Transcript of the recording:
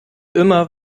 immer